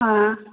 हँ